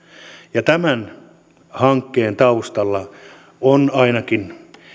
ja tämän hankkeen taustalla on ainakin